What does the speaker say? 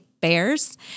bears